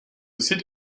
site